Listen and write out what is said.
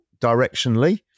directionally